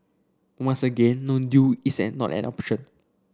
once again no deal is an not an option